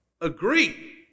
agree